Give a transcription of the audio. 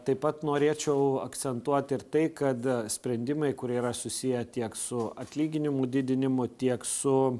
taip pat norėčiau akcentuot ir tai kad sprendimai kurie yra susiję tiek su atlyginimų didinimu tiek su